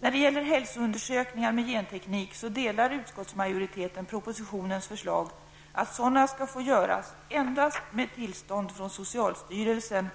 När det gäller hälsoundersökningar med genteknik ställer sig utskottsmajoriteten bakom propositionens förslag att sådana skall få göras endast med tillstånd från socialstyrelsen.